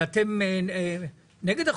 אבל אתם נגד החוק.